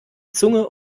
zunge